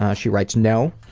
ah she writes no.